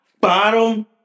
bottom